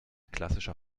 klassischer